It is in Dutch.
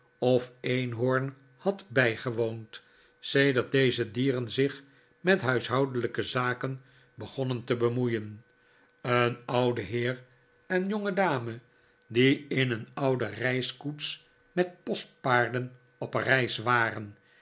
of eenhoorn had bijgewoond sedert deze dieren zich met huishoudelijke zaken begonnen te bemoeien een oude heer en een jbngedame die in een oude reiskoets met postpaarden op reis waren